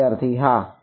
વિદ્યાર્થી હા